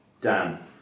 Dan